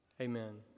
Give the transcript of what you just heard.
Amen